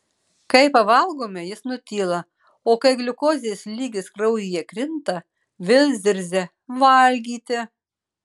kai pavalgome jis nutyla o kai gliukozės lygis kraujyje krinta vėl zirzia valgyti